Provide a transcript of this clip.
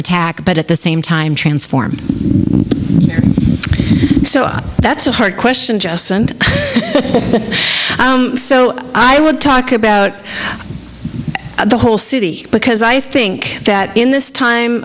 attack but at the same time transform so that's a hard question just and so i would talk about the whole city because i think that in this time